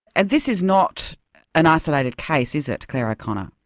and this is not an isolated case, is it, claire o'connor?